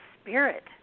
spirit